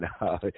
no